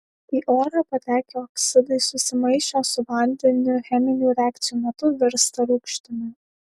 į orą patekę oksidai susimaišę su vandeniu cheminių reakcijų metu virsta rūgštimi